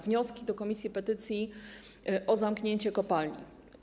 Wnioski do komisji petycji o zamknięcie kopalni.